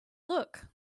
look